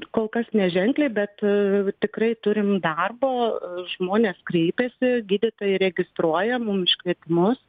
kol kas neženkliai bet tikrai turim darbo žmonės kreipiasi gydytojai registruoja mum iškvietimus